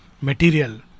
material